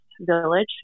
village